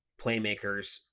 playmakers